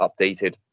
updated